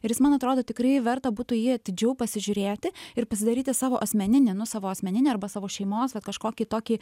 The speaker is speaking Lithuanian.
ir jis man atrodo tikrai verta būtų jį atidžiau pasižiūrėti ir pasidaryti savo asmeninę nu savo asmeninę arba savo šeimos kažkokį tokį